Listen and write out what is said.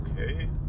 okay